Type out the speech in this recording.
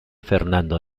fernando